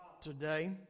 today